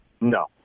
No